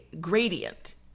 gradient